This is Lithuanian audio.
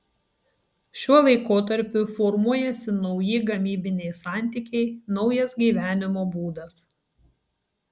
šiuo laikotarpiu formuojasi nauji gamybiniai santykiai naujas gyvenimo būdas